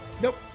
Nope